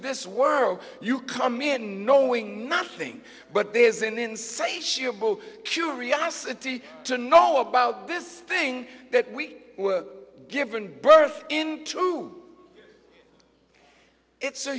this world you come in knowing nothing but there is an insatiable curiosity to know about this thing that we were given birth in truth it's a